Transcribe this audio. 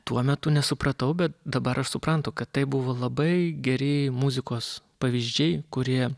tuo metu nesupratau bet dabar aš suprantu kad tai buvo labai geri muzikos pavyzdžiai kurie